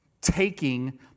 taking